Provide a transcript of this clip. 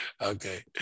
Okay